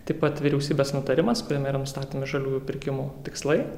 taip pat vyriausybės nutarimas kuriame yra nustatomi žaliųjų pirkimų tikslai